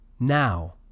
Now